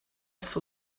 for